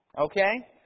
Okay